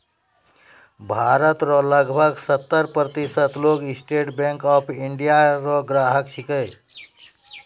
भारत रो लगभग सत्तर प्रतिशत लोग स्टेट बैंक ऑफ इंडिया रो ग्राहक छिकै